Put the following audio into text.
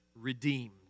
redeemed